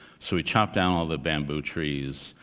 so he chopped down all the bamboo trees,